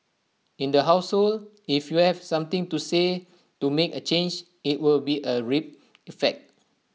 in the household if you have something to say to make A change IT will be A ripple effect